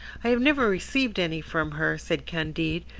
i have never received any from her, said candide,